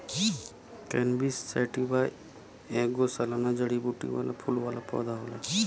cannabis sativa ऐगो सालाना जड़ीबूटी वाला फूल वाला पौधा होला